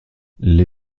les